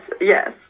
yes